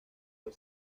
del